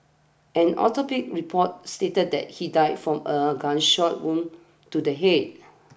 an autopsy report stated that he died from a gunshot wound to the head